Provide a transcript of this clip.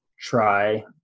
try